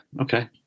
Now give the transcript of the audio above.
Okay